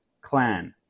clan